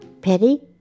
petty